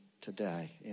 today